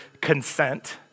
consent